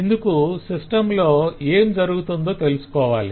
ఇందుకు సిస్టం లో ఏం జరుగుతుందో తెలుసుకోవాలి